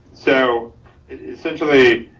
so essentially